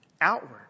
Outward